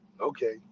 Okay